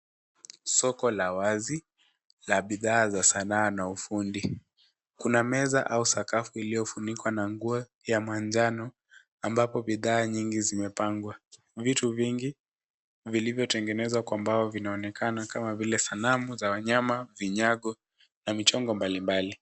Soko la wazi la bidhaa za sanaa na ufundi. Kuna meza au sakafu iliyofunikwa na nguo ya manjano ambapo bidhaa nyingi zimepangwa. Vitu vingi vilivyotengenezwa kwa mbao vinaonekana kama vile sanamu za wanyama, vinyago na michongo mbalimbali.